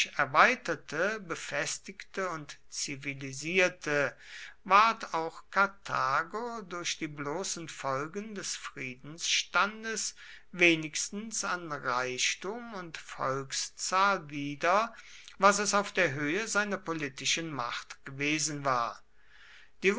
erweiterte befestigte und zivilisierte ward auch karthago durch die bloßen folgen des friedensstandes wenigstens an reichtum und volkszahl wieder was es auf der höhe seiner politischen macht gewesen war die